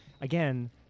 again